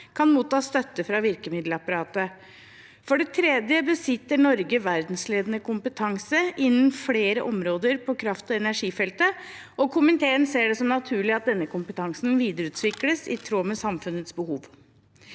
kan motta støtte fra virkemiddelapparatet. – For det tredje besitter Norge verdensledende kompetanse innen flere områder på kraft- og energifeltet, og komiteen ser det som naturlig at denne kompetansen videreutvikles i tråd med samfunnets behov.